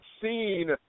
seen